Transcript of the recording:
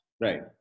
Right